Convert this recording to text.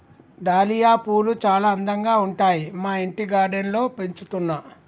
dahlia పూలు చాల అందంగా ఉంటాయి మా ఇంటి గార్డెన్ లో పెంచుతున్నా